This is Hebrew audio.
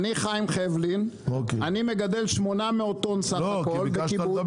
אני חיים חבלין, אני מגדל 800 טון בסך הכל בקיבוץ.